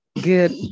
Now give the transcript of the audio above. Good